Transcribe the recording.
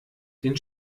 den